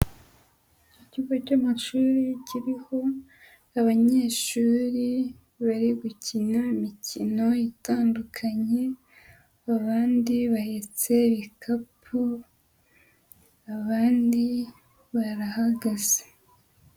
Ikigo cy'amashuri kiriho abanyeshuri bari gukina imikino itandukanye, abandi bahetse ibikapu, abandi barahagaze.